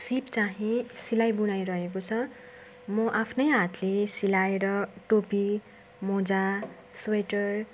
सिप चाहिँ सिलाई बुनाई रहेको छ म आफ्नै हातले सिलाएर टोपी मोजा स्वेटर